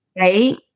Right